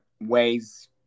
ways